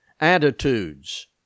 attitudes